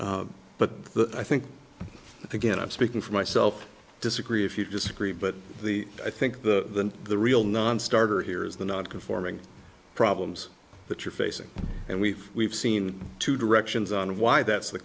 so but i think again i'm speaking for myself i disagree if you disagree but i think the the real nonstarter here is the not conforming problems that you're facing and we've we've seen two directions on why that's the